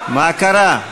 מה קרה?